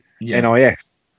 NIS